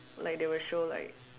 like they will show like